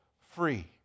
free